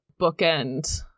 bookend